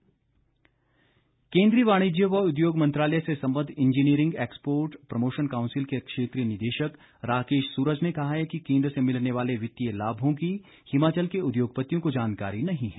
उद्योग मंत्रालय केन्द्रीय वाणिज्य व उद्योग मंत्रालय से संबद्ध इंजीनियरिंग एक्सपोर्ट प्रमोशन कांउसिल के क्षेत्रीय निदेशक राकेश सूरज ने कहा है कि केन्द्र से मिलने वाले वित्तीय लाभों से हिमाचल के उद्योगपतियों को जानकारी नहीं है